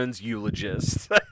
eulogist